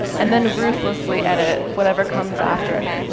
and then ruthlessly edit whatever comes after